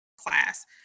class